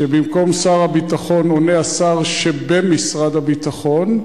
שבמקום שר הביטחון עונה השר שבמשרד הביטחון,